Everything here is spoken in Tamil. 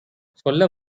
சொல்ல